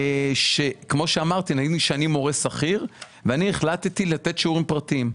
נגיד ואני מורה שכיר, והחלטתי לתת שיעורים פרטיים.